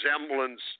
resemblance